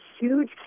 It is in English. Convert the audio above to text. huge